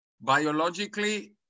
biologically